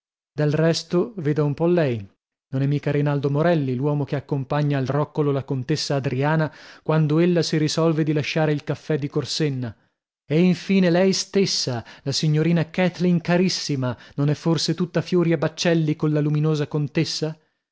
del resto veda un po lei non è mica rinaldo morelli l'uomo che accompagna al roccolo la contessa adriana quando ella si risolve di lasciare il caffè di corsenna e infine lei stessa la signorina kathleen carissima non è forse tutta fiori e baccelli colla luminosa contessa